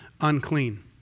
unclean